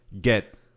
get